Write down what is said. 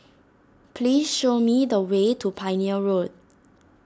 please show me the way to Pioneer Road